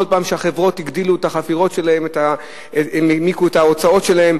כל פעם שהחברות הגדילו את החפירות שלהן הם העמיקו את ההוצאות שלהם.